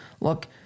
Look